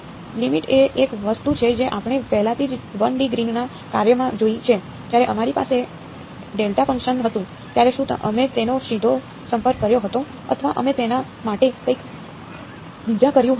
limit એ એક વસ્તુ છે જે આપણે પહેલાથી જ 1 D ગ્રીનના કાર્યમાં જોઈ છે જ્યારે અમારી પાસે ડેલ્ટા ફંક્શન હતું ત્યારે શું અમે તેનો સીધો સંપર્ક કર્યો હતો અથવા અમે તેના માટે કંઈક બીજું કર્યું હતું